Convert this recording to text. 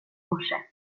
morse